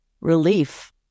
relief